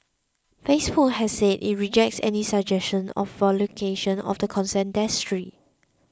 Facebook has said it rejects any suggestion of violation of the consent decree